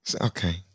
Okay